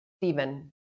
Stephen